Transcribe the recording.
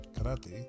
karate